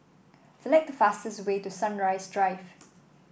select the fastest way to Sunrise Drive